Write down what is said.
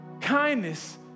Kindness